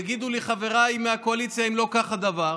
יגידו לי חבריי מהקואליציה אם לא כך הדבר.